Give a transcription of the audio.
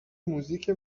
موزیک